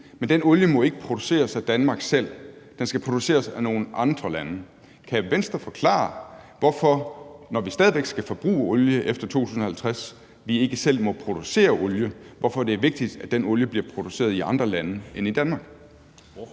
men den olie må ikke produceres af Danmark selv, den skal produceres af nogle andre lande. Kan Venstre forklare, hvorfor – når vi stadig væk skal forbruge olie efter 2050 – vi ikke selv må producere olie, hvorfor det er vigtigt, at den olie bliver produceret i andre lande end i Danmark?